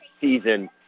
season